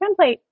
template